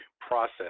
process